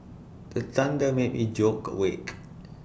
the thunder made me joke awake